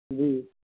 جی